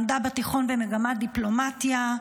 למדה בתיכון במגמת דיפלומטיה,